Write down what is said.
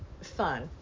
fun